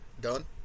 done